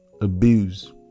Abuse